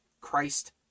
Christ